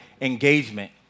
engagement